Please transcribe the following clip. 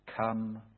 come